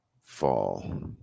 fall